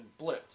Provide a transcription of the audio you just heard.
blipped